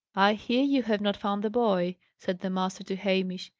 i hear you have not found the boy? said the master to hamish.